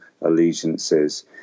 allegiances